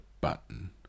button